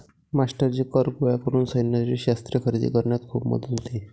मास्टरजी कर गोळा करून सैन्यासाठी शस्त्रे खरेदी करण्यात खूप मदत होते